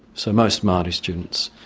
so most maori students,